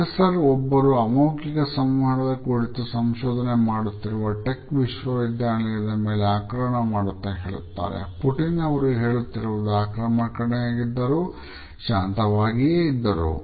professor ಒಬ್ಬರು ಅಮೌಖಿಕ ಸಂವಹನದ ಕುರಿತು ಸಂಶೋಧನೆ ಮಾಡುತ್ತಿರುವ ಟೆಕ್ ವಿಶ್ವವಿದ್ಯಾನಿಲಯದ ಮೇಲೆ ಆಕ್ರಮಣ ಮಾಡುತ್ತಾ ಹೇಳುತ್ತಾರೆ ಪುಟಿನ್ ಅವರು ಹೇಳುತ್ತಿರುವುದು ಆಕ್ರಮಣಕಾರಿಯಾಗಿದ್ದರು ಶಾಂತವಾಗಿಯೇ ಇದ್ದರು